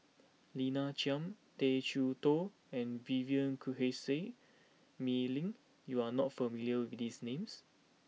Lina Chiam Tay Chee Toh and Vivien Quahe Seah Mei Lin you are not familiar with these names